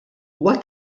huwa